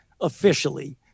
officially